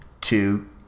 two